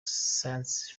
science